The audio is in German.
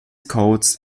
codes